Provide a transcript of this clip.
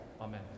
Amen